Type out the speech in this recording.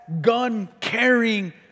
gun-carrying